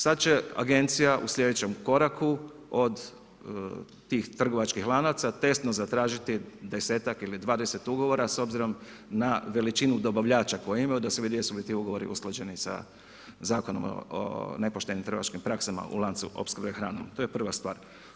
Sada će agencija u sljedećem koraku od tih trgovačkih lanaca testno zatražiti 10-ak ili 20 ugovora s obzirom na veličinu dobavljača koja imaju da se vidi jesu li ti ugovori usklađeni sa Zakonom o nepoštenim trgovačkim praksama u lancu opskrbe hranom, to je prva stvar.